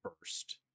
first